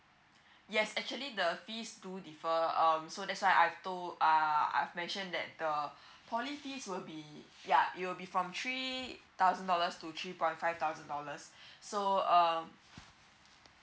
yes actually the fees do differ um so that's why I've told uh I've mention that the poly fees will be ya it will be from three thousand dollars to three point five thousand dollars so um